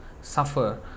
suffer